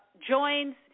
joins